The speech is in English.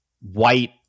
White